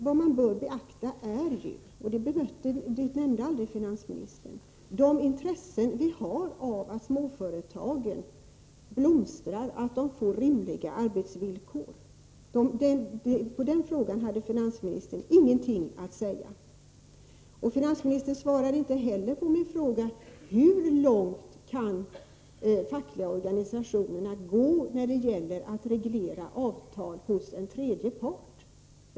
Vad man bör beakta är ju — det nämnde aldrig finansministern — att vi har ett intresse av att småföretagen blomstrar, att de får rimliga arbetsvillkor. Om den frågan hade finansministern ingenting att säga. Finansministern svarar inte heller på min fråga: Hur långt kan de fackliga organisationerna gå när det gäller att reglera avtal hos en tredje part?